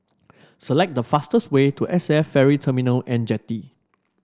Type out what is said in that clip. select the fastest way to S A F Ferry Terminal and Jetty